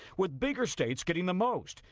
with bigger states getting the most.